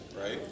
Right